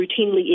routinely